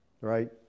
Right